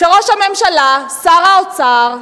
שראש הממשלה, שר האוצר,